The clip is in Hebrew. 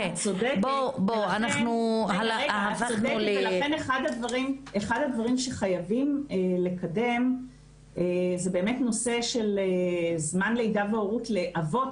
ולכן אחד הדברים שחייבים לקדם זה באמת נושא של זמן לידה והורות לאבות,